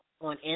on